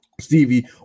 Stevie